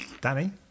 Danny